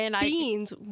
Beans